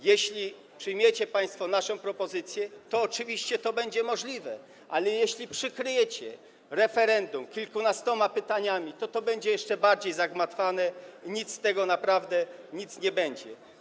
Jeśli przyjmiecie państwo naszą propozycję, to oczywiście to będzie możliwe, ale jeśli przykryjecie referendum kilkunastoma pytaniami, to będzie to jeszcze bardziej zagmatwane i z tego naprawdę nic nie będzie.